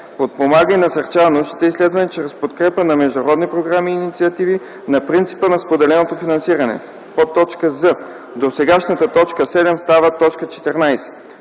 подпомага и насърчава научните изследвания чрез подкрепа на международни програми и инициативи на принципа на споделеното финансиране;”; з) досегашната т. 7 става т. 14;